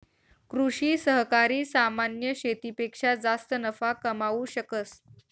कृषि सहकारी सामान्य शेतीपेक्षा जास्त नफा कमावू शकस